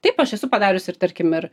taip aš esu padariusi ir tarkim ir